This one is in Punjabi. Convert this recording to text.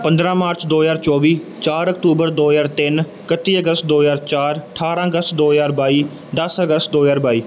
ਪੰਦਰਾਂ ਮਾਰਚ ਦੋ ਹਜ਼ਾਰ ਚੌਵੀ ਚਾਰ ਅਕਤੂਬਰ ਦੋ ਹਜ਼ਾਰ ਤਿੰਨ ਇਕੱਤੀ ਅਗਸਤ ਦੋ ਹਜ਼ਾਰ ਚਾਰ ਅਠਾਰਾਂ ਅਗਸਤ ਦੋ ਹਜ਼ਾਰ ਬਾਈ ਦਸ ਅਗਸਤ ਦੋ ਹਜ਼ਾਰ ਬਾਈ